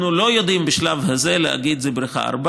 אנחנו לא יודעים בשלב הזה להגיד שזו בריכה 4,